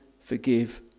forgive